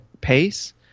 pace